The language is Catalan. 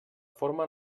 forma